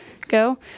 go